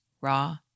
raw